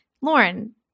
Lauren